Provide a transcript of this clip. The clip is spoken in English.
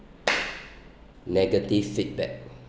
negative feedback